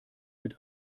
mit